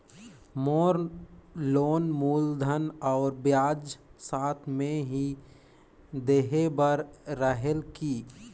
मोर loan मूलधन और ब्याज साथ मे ही देहे बार रेहेल की?